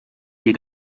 die